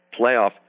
playoff